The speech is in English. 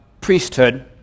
priesthood